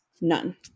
None